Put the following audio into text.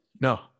No